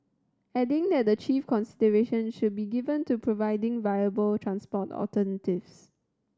adding that the chief consideration should be given to providing viable transport alternatives